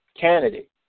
candidate